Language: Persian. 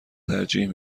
ترجیح